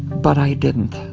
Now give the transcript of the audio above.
but i didn't.